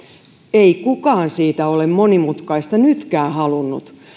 ei kukaan siitä ole monimutkaista nytkään halunnut